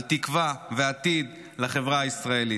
תקווה ועתיד לחברה הישראלית.